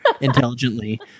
intelligently